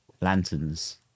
lanterns